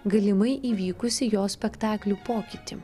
galimai įvykusį jo spektaklių pokytį